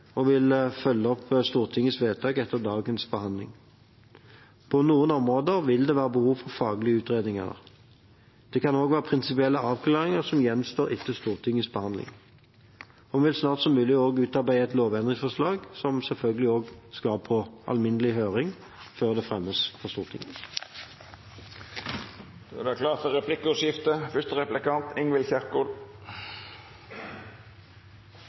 og vil selvfølgelig følge denne debatten nøye, og jeg vil følge opp Stortingets vedtak etter dagens behandling. På noen områder vil det være behov for faglige utredninger. Det kan også være prinsipielle avklaringer som gjenstår etter Stortingets behandling. Vi vil så snart som mulig utarbeide et lovendringsforslag, som selvfølgelig skal på alminnelig høring før det fremmes for Stortinget. Det vert replikkordskifte. Helseministeren velger å kritisere den foregående regjeringen for